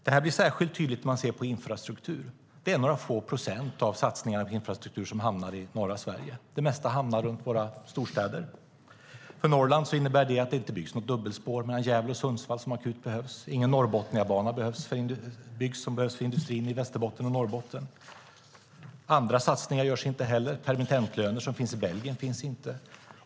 Det här blir särskilt tydligt när man ser på infrastruktur. Det är några få procent av satsningarna på infrastruktur som hamnar i norra Sverige. Det mesta hamnar runt våra storstäder. För Norrland innebär det att det inte byggs något dubbelspår mellan Gävle och Sundsvall, som akut behövs. Ingen Norrbotniabana byggs, som behövs för industrin i Västerbotten och Norrbotten. Andra satsningar görs inte heller. Permittentlöner, som finns i Belgien, finns inte.